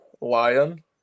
lion